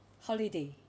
holiday